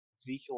Ezekiel